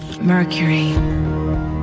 Mercury